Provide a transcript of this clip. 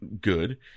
good